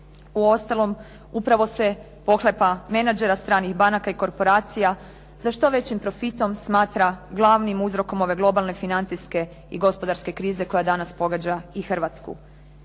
U ostalom upravo se pohlepa menadžera, stranih banka i korporacija za što većim profitom smatra glavnim uzrokom ove globalne financijske i gospodarske krize koja danas pogađa i Hrvatsku.